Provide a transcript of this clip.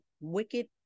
wicked